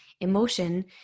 emotion